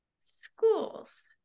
schools